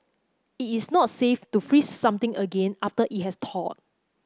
it is not safe to freeze something again after it has thawed